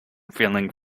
feeling